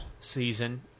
season